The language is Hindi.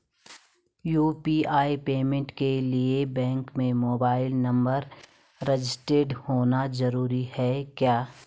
यु.पी.आई पेमेंट के लिए बैंक में मोबाइल नंबर रजिस्टर्ड होना जरूरी है क्या?